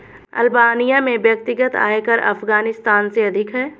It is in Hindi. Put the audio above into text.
अल्बानिया में व्यक्तिगत आयकर अफ़ग़ानिस्तान से अधिक है